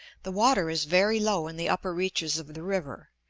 the water is very low in the upper reaches of the river,